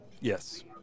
yes